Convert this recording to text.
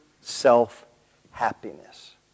self-happiness